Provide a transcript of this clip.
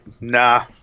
nah